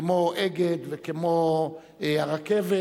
כמו "אגד" וכמו הרכבת,